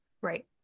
Right